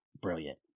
brilliant